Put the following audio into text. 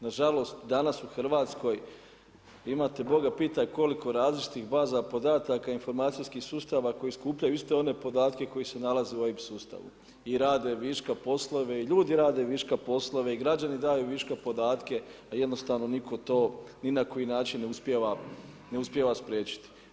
Nažalost, danas u Hrvatskoj imate Boga pitaj koliko različitih baza podataka i informacijskih sustava koji skupljaju iste one podatke koji se nalaze u OIB sustavu i radi viška poslove, i ljudi rade viška poslove, i građani daju viška podatke a jednostavno nitko to ni na koji način ne uspijeva spriječiti.